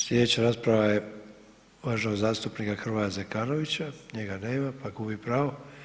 Slijedeća rasprava je uvaženog zastupnika Hrvoja Zekanovića, njega nema, pa gubi pravo.